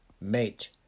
Mate